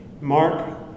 Mark